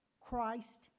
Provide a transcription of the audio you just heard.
Christ